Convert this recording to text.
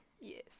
yes